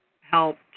help